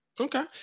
okay